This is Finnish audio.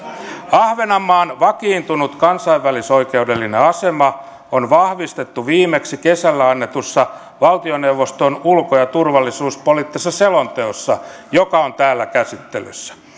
ahvenanmaan vakiintunut kansainvälisoikeudellinen asema on vahvistettu viimeksi kesällä annetussa valtioneuvoston ulko ja turvallisuuspoliittisessa selonteossa joka on täällä käsittelyssä